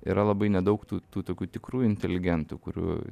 yra labai nedaug tų tų tokių tikrų inteligentų kurių